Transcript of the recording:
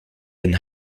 den